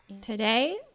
Today